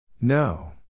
No